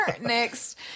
next